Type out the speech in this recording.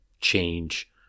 change